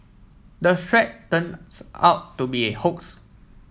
the threat turns out to be a hoax